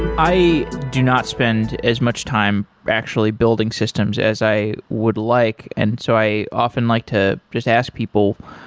i do not spend as much time actually building systems as i would like. and so i often like to just ask people